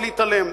ולהתעלם,